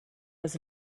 was